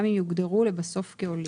גם אם יוגדרו לבסוף כעולים.